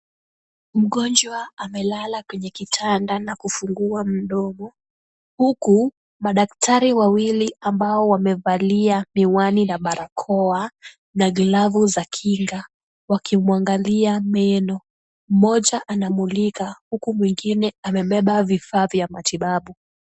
Mgonjwa amelala kwenye kitanda na kufungua mdomo, huku madaktari wawili ambao wamevalia miwani na barakoa, na glavu za kinga, wakimwangalia meno, mmoja anamlika huku mwingine amebeba vifaa vya matibabu.